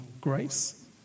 grace